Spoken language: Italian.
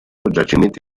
giacimenti